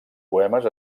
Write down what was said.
poemes